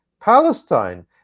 Palestine